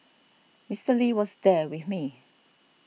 Mister Lee was there with me